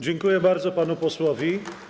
Dziękuję bardzo panu posłowi.